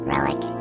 Relic